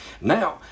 Now